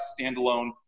standalone